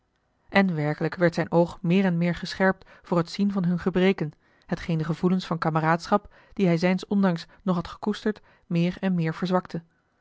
en werkelijk werd zijn oog meer en meer gescherpt voor het zien van hunne gebreken hetgeen de gevoelens van kameraadschap die hij zijns ondanks nog had gekoesterd meer en meer verzwakte